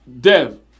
Dev